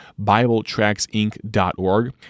BibleTracksInc.org